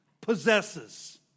possesses